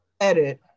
edit